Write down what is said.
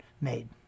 made